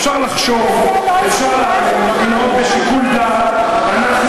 אפשר לחשוב, אפשר לנהוג בשיקול דעת.